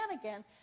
again